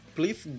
please